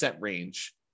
range